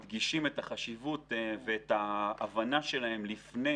מדגישים את החשיבות וההבנה שלהם לפני